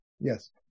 Yes